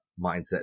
mindset